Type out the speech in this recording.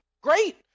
great